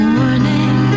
morning